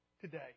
today